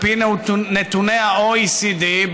על פי נתוני ה-OECD,